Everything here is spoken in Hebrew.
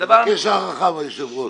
תבקש הארכה מהיושב ראש.